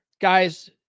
Guys